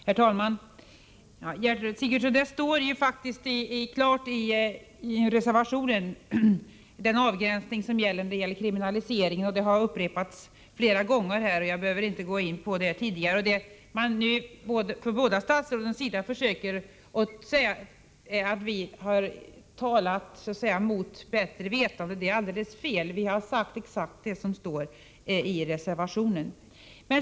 Herr talman! Det står faktiskt klart utsagt i reservationen, statsrådet Sigurdsen, vilken avgränsning som gäller för kriminalisering. Det har upprepats flera gånger här i kammaren — jag behöver inte gå in på det mera. Båda statsråden försöker hävda att vi talat mot bättre vetande. Det är alldeles fel. Vi har sagt exakt detsamma som står i reservationen.